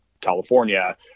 California